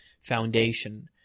foundation